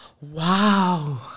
Wow